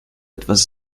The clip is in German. etwas